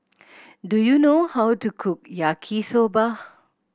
do you know how to cook Yaki Soba